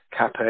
CAPEX